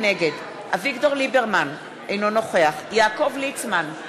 נגד אביגדור ליברמן, אינו נוכח יעקב ליצמן,